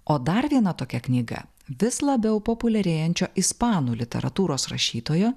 o dar viena tokia knyga vis labiau populiarėjančio ispanų literatūros rašytojo